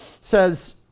says